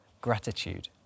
gratitude